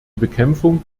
bekämpfung